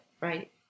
Right